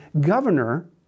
governor